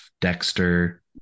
Dexter